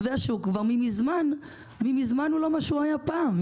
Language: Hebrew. והשוק כבר מזמן לא מה שהוא היה פעם,